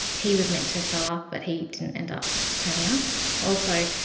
he was meant to show up, but he didn't end up turning up. also,